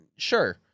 Sure